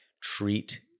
treat